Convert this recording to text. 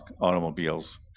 automobiles